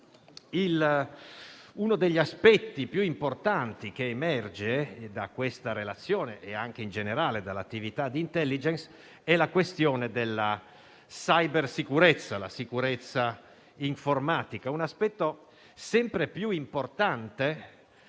Uno degli aspetti più importanti che emerge da questa relazione e anche in generale dell'attività di *intelligence*, è quello della cybersicurezza, la sicurezza informatica. Si tratta di un aspetto sempre più importante,